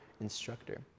instructor